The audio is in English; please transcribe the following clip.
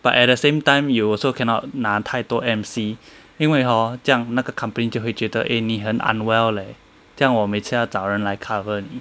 but at the same time you also cannot 拿太多 M_C 因为 hor 这样那个 company 就会觉得 eh 你很 unwell leh 这样我每次要找人来 cover 你